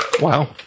Wow